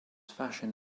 fashion